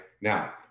Now